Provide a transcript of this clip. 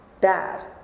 bad